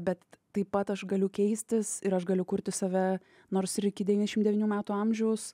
bet taip pat aš galiu keistis ir aš galiu kurti save nors ir iki devyniasdešim devynių metų amžiaus